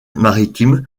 maritime